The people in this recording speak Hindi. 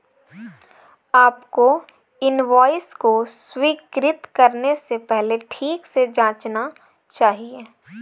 आपको इनवॉइस को स्वीकृत करने से पहले ठीक से जांचना चाहिए